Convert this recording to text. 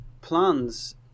plans